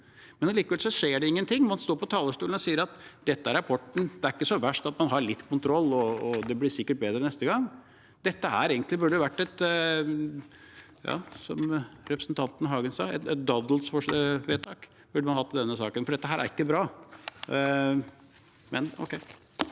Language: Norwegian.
Allikevel skjer det ingenting. Man står på talerstolen og sier at dette er rapporten, det er ikke så verst at man har litt kontroll, og det blir sikkert bedre neste gang. Dette burde egentlig vært, som representanten Hagen sa, et daddelvedtak. Det burde man